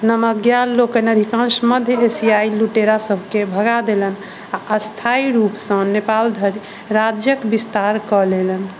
नमग्या लोकनि अधिकांश मध्य एशियाइ लुटेरा सभकेँ भगा देलनि आ अस्थायी रूपसँ नेपाल धरी राज्यक विस्तार कऽ लेलनि